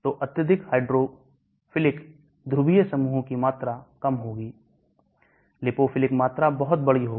तो अत्यधिक हाइड्रोलिक ध्रुवीय समूहों की मात्रा कम होगी लिपोफिलिक मात्रा बहुत बड़ी होगी